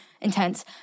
intense